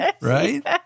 right